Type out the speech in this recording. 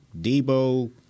Debo